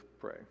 pray